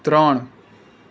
ત્રણ